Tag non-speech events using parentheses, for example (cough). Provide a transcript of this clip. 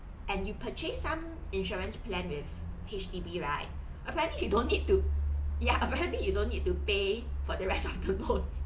and you purchase some insurance plan with H_D_B right apparently you don't need to ya apparently you don't need to pay for the rest of the (laughs) loans